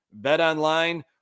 BetOnline